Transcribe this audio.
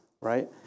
right